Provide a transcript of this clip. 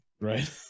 right